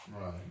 Right